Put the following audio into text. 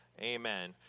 Amen